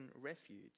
refuge